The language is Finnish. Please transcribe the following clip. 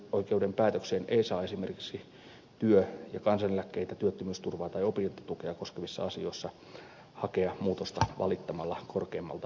vakuutusoikeuden päätökseen ei saa esimerkiksi työ ja kansaneläkkeitä työttömyysturvaa tai opintotukea koskevissa asioissa hakea muutosta valittamalla korkeimmalta hallinto oikeudelta